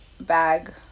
bag